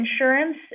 insurance